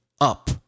up